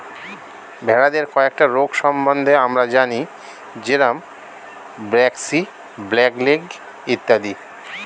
ভেড়াদের কয়েকটা রোগ সম্বন্ধে আমরা জানি যেরম ব্র্যাক্সি, ব্ল্যাক লেগ ইত্যাদি